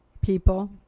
People